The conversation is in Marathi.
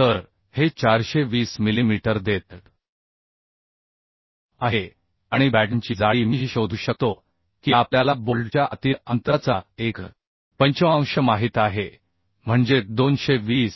तर हे 420 मिलीमीटर देत आहे आणि बॅटनची जाडी मी शोधू शकतो की आपल्याला बोल्टच्या आतील अंतराचा एक पंचमांश माहित आहे म्हणजे 220